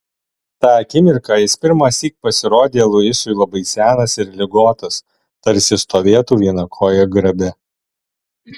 tą akimirką jis pirmąsyk pasirodė luisui labai senas ir ligotas tarsi stovėtų viena koja grabe